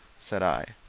said i,